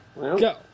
Go